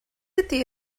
ydy